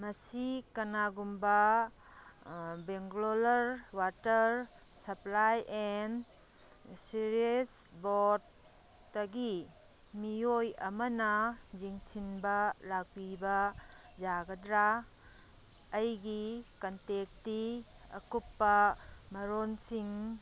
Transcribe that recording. ꯃꯁꯤ ꯀꯅꯥꯒꯨꯝꯕ Bangalore water supply and sewerage ꯕꯣꯗꯇꯒꯤ ꯃꯤꯑꯣꯏ ꯑꯃꯅ ꯌꯦꯡꯁꯤꯟꯕ ꯂꯥꯛꯄꯤꯕ ꯌꯥꯒꯗ꯭ꯔꯥ ꯑꯩꯒꯤ ꯀꯟꯇꯦꯛꯇꯤ ꯑꯀꯨꯞꯄ ꯃꯔꯣꯟꯁꯤꯡ